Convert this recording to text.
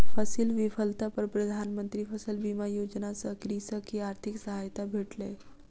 फसील विफलता पर प्रधान मंत्री फसल बीमा योजना सॅ कृषक के आर्थिक सहायता भेटलै